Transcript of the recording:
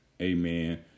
amen